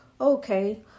okay